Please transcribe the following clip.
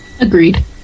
Agreed